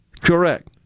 Correct